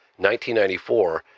1994